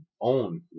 own